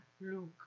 Luke